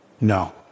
No